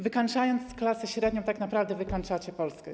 Wykańczając klasę średnią, tak naprawdę wykańczacie Polskę.